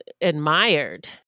admired